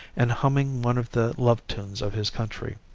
and humming one of the love-tunes of his country.